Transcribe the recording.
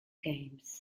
games